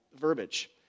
verbiage